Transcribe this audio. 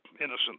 Innocent